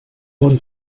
bon